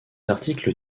articles